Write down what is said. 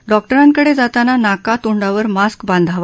डॉक्टरांकडज्ञाताना नाकातोंडावर मास्क बांधावा